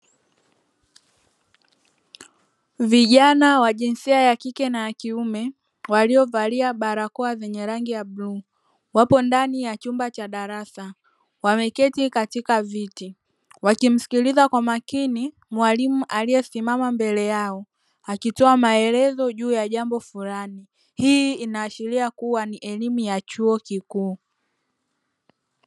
Vijana wa jinsia ya kike na ya kiume; waliovalia barakoa zenye rangi ya bluu, wapo ndani ya chumba cha darasa, wameketi katika viti wakimsikiliza kwa makini mwalimu aliyesimama mbele yao, akitoa maelezo juu ya jambo fulani. Hii inaashiria kuwa ni elimu ya chuo kikuu.